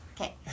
Okay